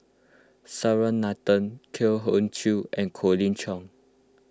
S R Nathan Koh Eng Kian and Colin Cheong